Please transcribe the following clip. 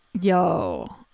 Yo